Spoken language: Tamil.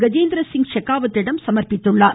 கஜேந்திரசிங் செகாவத்திடம் சமர்ப்பித்தார்